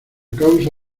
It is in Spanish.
causa